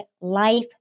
life